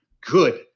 Good